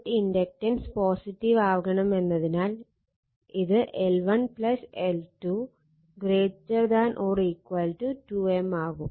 net inductance positive ആവണമെന്നതിനാൽ ഇത് L1 L2 ≥ 2M ആവും